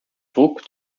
druck